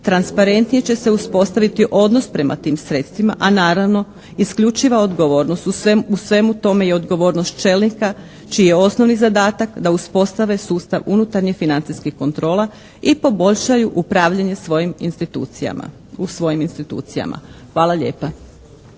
transparentnije će se uspostaviti odnos prema tim sredstvima, a naravno isključiva odgovornost u svemu tome je odgovornost čelnika čiji je osnovni zadatak da uspostave sustav unutarnjih financijskih kontrola i poboljšaju upravljanje svojim institucijama, u svojim